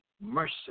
mercy